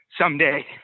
someday